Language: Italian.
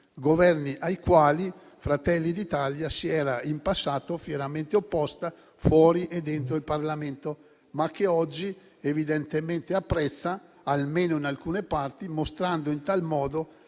Governi ai quali Fratelli d'Italia si era in passato fieramente opposta fuori e dentro il Parlamento, ma che oggi evidentemente apprezza, almeno in alcune parti, mostrando in tal modo